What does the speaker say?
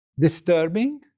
disturbing